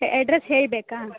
address ಹೇಳಬೇಕ